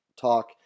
talk